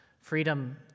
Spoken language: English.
freedom